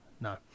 No